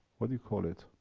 what do you call it.